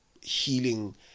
healing